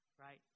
Right